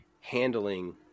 handling